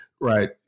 Right